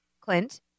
Clint